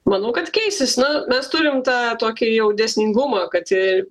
manau kad keisis na mes turim tą tokį jau dėsningumą kad ir